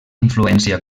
influència